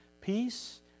Peace